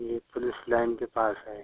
यह police line के पास है